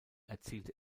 erzielte